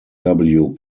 casey